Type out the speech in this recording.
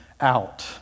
out